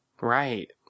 Right